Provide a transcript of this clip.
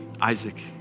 Isaac